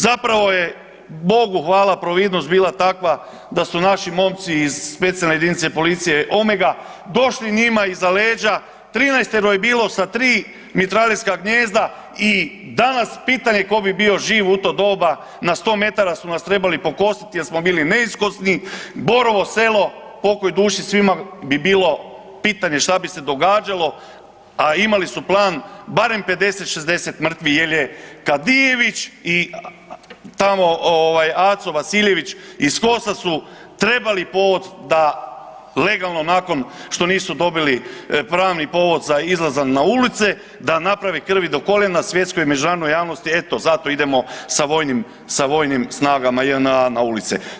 Zapravo je Bogu hvala providnost bila takva da su naši momci iz Specijalne jedinice policije Omega došli njima iza leđa, 13-tro je bilo sa 3 mitraljeska gnijezda i danas pitanje tko bi bio živ u to doba na 100 metara su nas trebali pokositi jer smo bili neiskusni, Borovo selo pokoj duši svima bi bilo pitanje šta bi se događalo, a imali su plan barem 50, 60 mrtvih jer je Kadijević i tamo ovaj Aco Vasiljević ih KOS-a su trebali povod da legalno nakon što nisu dobili pravni povod za izlazan na ulice da naprave krvi do koljena svjetskoj međunarodnoj javnosti, eto zato sa idemo sa vojnim, sa vojnim snagama JNA na ulice.